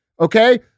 Okay